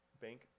bank